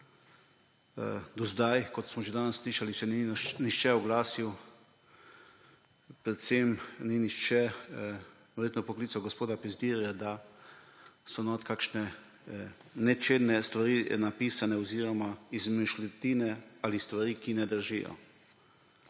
Do zdaj, kot smo že danes slišali, se ni nihče oglasil, predvsem verjetno ni nihče poklical gospoda Pezdirja, da so notri kakšne nečedne stvari napisane oziroma izmišljotine ali stvari, ki ne držijo.